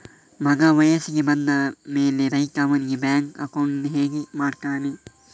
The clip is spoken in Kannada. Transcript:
ಮಗ ವಯಸ್ಸಿಗೆ ಬಂದ ಮೇಲೆ ರೈತ ಅವನಿಗೆ ಬ್ಯಾಂಕ್ ಅಕೌಂಟ್ ಹೇಗೆ ಮಾಡ್ತಾನೆ?